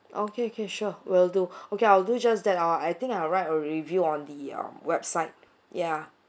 okay okay sure will do okay I'll do just that uh I think I'll write a review on the um website ya